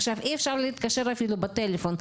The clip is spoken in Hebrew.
אי אפשר להתקשר אפילו בטלפון,